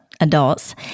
adults